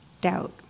doubt